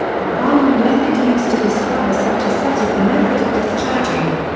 the primary method used to discover such a set is the method of discharging.